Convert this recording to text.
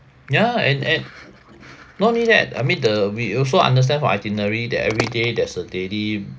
ya and and not only that I mean the we also understand for itinerary that every day there's a daily